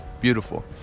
beautiful